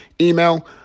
email